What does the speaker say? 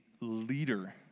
leader